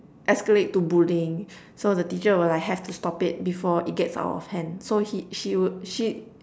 escalate to bullying so the teacher will like have to stop it before it gets out of hand so he she will she